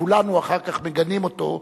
שכולנו אחר כך מגנים אותו,